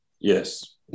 yes